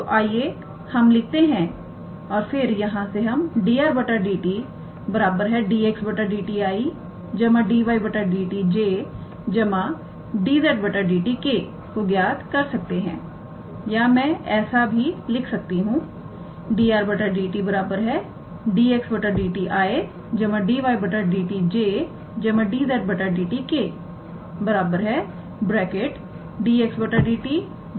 तो आइए हम लिखते हैं और फिर यहां से हम 𝑑𝑟⃗ 𝑑𝑡 𝑑𝑥 𝑑𝑡 𝑖̂ 𝑑𝑦 𝑑𝑡 𝑗̂ 𝑑𝑧 𝑑𝑡 𝑘̂ को ज्ञात कर सकते हैं या मैं ऐसे भी लिख सकती हूं 𝑑𝑟⃗ 𝑑𝑡 𝑑𝑥 𝑑𝑡 𝑖̂ 𝑑𝑦 𝑑𝑡 𝑗̂ 𝑑𝑧 𝑑𝑡 𝑘̂ 𝑑𝑥 𝑑𝑡 𝑑𝑦 𝑑𝑡 𝑑𝑧 𝑑𝑡